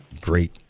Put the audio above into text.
great